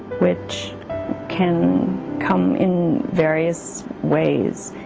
which can come in various ways.